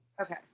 Okay